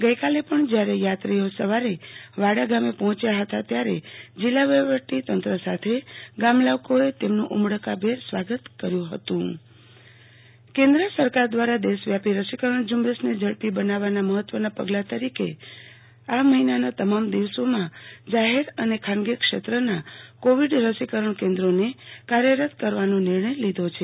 ગઈકાલે પણ જ્યારે યાત્રીઓ સવારે વાડા ગામ આવી પહોંચ્યા ત્યારેજિલ્લા વહીવટી તંત્ર સાથે ગામલોકોએ તેમનું ઉમળકાભેર સ્વાગત કર્યું હતું આરતી ભદ્દ રસીકરણ કેન્દ્ર સરકાર દ્રારા દેશવ્યાપી રસીકરણ ઝુંબેશને ઝડપી બનાવવા મહત્વના પગલા તરીકે કેન્દ્ર સરકારે આ મહિનાના તમામ દિવસોમાં જાહેર અને ખાનગી ક્ષેત્રકના કોવિડ રસીકરણ કેન્દ્રોને કાર્યરત કરવાનો નિર્ણય લીધો છે